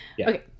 Okay